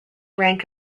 rank